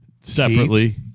separately